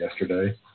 yesterday